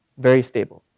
very stable.